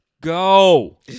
go